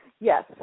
Yes